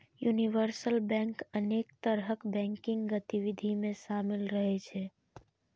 universal bank अनेक तरहक banking गतिविधि मे शामिल रहै छै